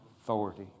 Authority